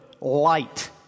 light